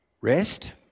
Rest